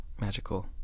magical